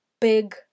big